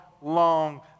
long